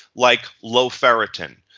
like low ferritin,